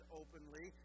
openly